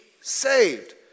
saved